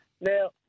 Now